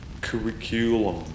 curriculum